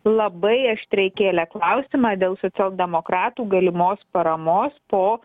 labai aštriai kėlė klausimą dėl socialdemokratų galimos paramos po